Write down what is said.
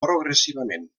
progressivament